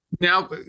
Now